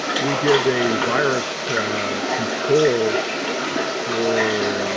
we did a virus control for